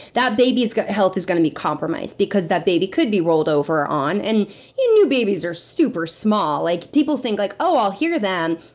that baby's health is gonna be compromised, because that baby could be rolled over on and new babies are super small. like people think, like oh, i'll hear them.